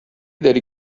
داری